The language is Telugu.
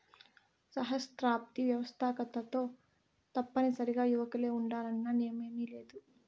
సహస్రాబ్ది వ్యవస్తాకతలో తప్పనిసరిగా యువకులే ఉండాలన్న నియమేమీలేదు